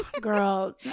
Girl